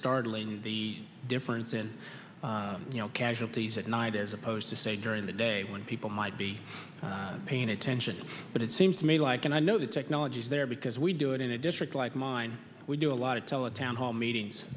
startling the difference in you know casualties at night as opposed to say during the day when people might be paying attention but it seems to me like and i know the technology is there because we do it in a district like mine we do a lot of tele town hall meetings